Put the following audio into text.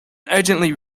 urgently